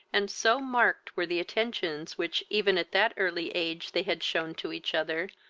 and so marked were the attentions which, even at that early age, they had shewn to each other,